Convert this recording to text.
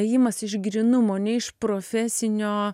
ėjimas iš grynumo ne iš profesinio